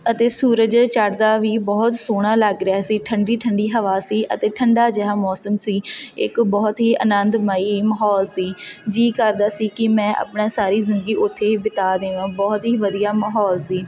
ਅਤੇ ਸੂਰਜ ਚੜ੍ਹਦਾ ਵੀ ਬਹੁਤ ਸੋਹਣਾ ਲੱਗ ਰਿਹਾ ਸੀ ਠੰਡੀ ਠੰਡੀ ਹਵਾ ਸੀ ਅਤੇ ਠੰਡਾ ਜਿਹਾ ਮੌਸਮ ਸੀ ਇੱਕ ਬਹੁਤ ਹੀ ਆਨੰਦਮਈ ਮਾਹੌਲ ਸੀ ਜੀਅ ਕਰਦਾ ਸੀ ਕਿ ਮੈਂ ਆਪਣਾ ਸਾਰੀ ਜ਼ਿੰਦਗੀ ਉੱਥੇ ਬਿਤਾ ਦੇਵਾਂ ਬਹੁਤ ਹੀ ਵਧੀਆ ਮਾਹੌਲ ਸੀ